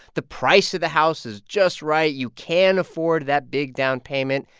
the price of the house is just right. you can afford that big down payment.